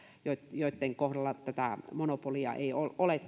joitten kohdalla tätä monopolia ei ole ole